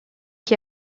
qui